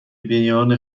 میان